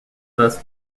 thus